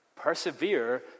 persevere